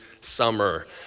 summer